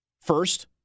first